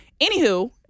anywho